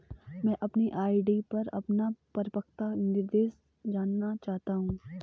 मैं अपनी आर.डी पर अपना परिपक्वता निर्देश जानना चाहता हूँ